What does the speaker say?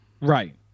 Right